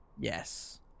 Yes